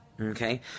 Okay